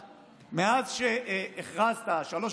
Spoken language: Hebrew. סליחה.